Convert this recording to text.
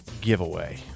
giveaway